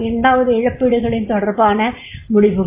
இரண்டாவது இழப்பீடுகள் தொடர்பான முடிவுகள்